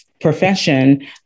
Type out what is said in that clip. profession